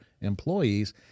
employees